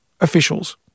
officials